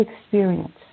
experience